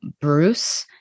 Bruce